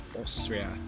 Austria